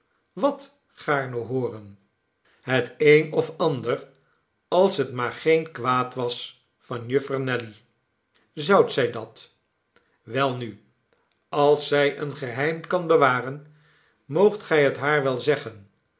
wat gaarne hooren het een of ander als het maar geen kwaad was van juffer nelly zou zij dat welnu als zij een geheim kan bewaren moogt gij het haar wel zeggen